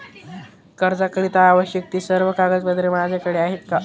कर्जाकरीता आवश्यक ति सर्व कागदपत्रे माझ्याकडे आहेत का?